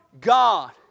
God